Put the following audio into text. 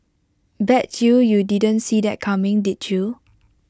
bet you you didn't see that coming did you